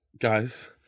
Guys